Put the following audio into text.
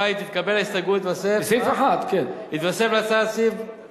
תתקבל הסתייגות זו, יתווסף להצעת החוק